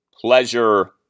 pleasure